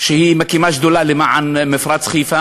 שמקימה שדולה למען מפרץ חיפה.